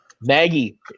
maggie